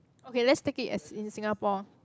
okay let's take it as in Singapore